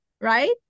Right